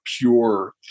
pure